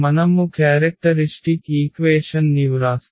మనము characteristic equation ని వ్రాస్తే